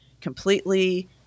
completely